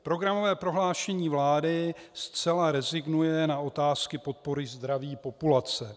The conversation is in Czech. Programové prohlášení vlády zcela rezignuje na otázky podpory zdraví populace.